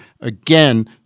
Again